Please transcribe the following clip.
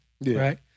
right